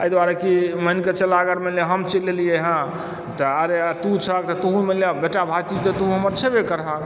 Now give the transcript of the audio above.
एहि दुआरेकि मानिके चलह अगर हम चलि एलिए हँ तऽ आर तू छहक तऽ तोहुँ मानिलहक बेटा भातिज तऽ तू हमर छबय करह